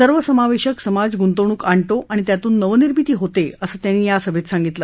सर्वसमावेशक समाज गुंतवणूक आणतो आणि त्यातून नवनिर्मिती होते असं त्यांनी या सभेत सांगितलं